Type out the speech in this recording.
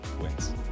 wins